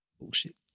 Bullshit